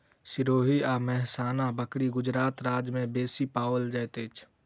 सिरोही आ मेहसाना बकरी गुजरात राज्य में बेसी पाओल जाइत अछि